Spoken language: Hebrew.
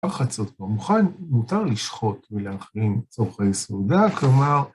עבר חצות כבר מוכן. מותר לשחוט ולהכין צורכי סעודה כבר